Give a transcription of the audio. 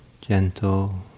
gentle